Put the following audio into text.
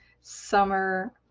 summer